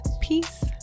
peace